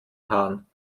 haaren